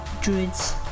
druids